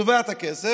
הוא תובע את הכסף.